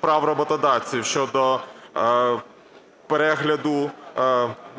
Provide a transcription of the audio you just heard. прав роботодавців щодо перегляду